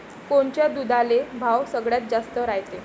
कोनच्या दुधाले भाव सगळ्यात जास्त रायते?